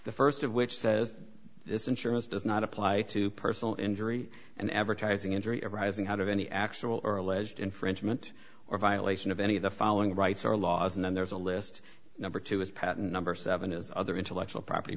the first of which says this insurance does not apply to personal injury and advertising injury arising out of any actual or alleged infringement or violation of any of the following rights or laws and then there's a list number two is patent number seven is other intellectual property